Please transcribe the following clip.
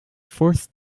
forced